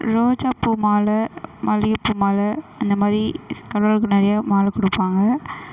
ரோஜா பூ மாலை மல்லிகை பூ மாலை அந்த மாதிரி கடவுளுக்கு நிறைய மாலை கொடுப்பாங்க